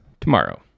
tomorrow